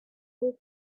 old